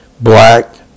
black